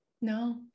No